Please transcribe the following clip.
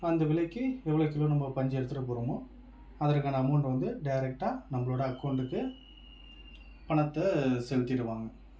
அந்த விலைக்கு எவ்வளோ கிலோ நம்ம பஞ்சு எடுத்துகிட்டு போறோமோ அதற்கான அமௌண்ட் வந்து டேரெக்ட்டாக நம்மளோட அகௌண்டுக்கு பணத்தை செலுத்திடுவாங்கள்